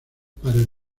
pares